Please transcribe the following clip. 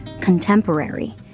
contemporary